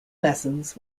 lessons